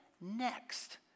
next